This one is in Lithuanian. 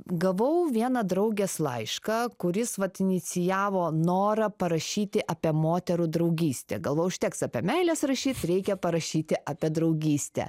gavau vieną draugės laišką kuris vat inicijavo norą parašyti apie moterų draugystę galvojau užteks apie meiles rašyt reikia parašyti apie draugystę